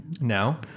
Now